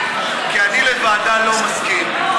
כי אני לוועדה לא מסכים,